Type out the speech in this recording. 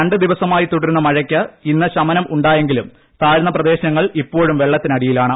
രണ്ടു ദിവസമായി തുടരുന്ന മഴയ്ക്ക് ജില്ലയിൽ ഇന്ന് ശമനം ഉണ്ടായെങ്കിലും താഴ്ന്ന പ്രദേശങ്ങൾ ഇപ്പോഴും വെള്ളത്തിനടിയിലാണ്